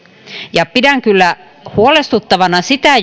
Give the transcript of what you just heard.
pidän kyllä huolestuttavana sitä